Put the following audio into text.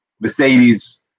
Mercedes